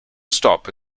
stop